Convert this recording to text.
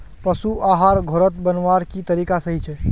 पशु आहार घोरोत बनवार की तरीका सही छे?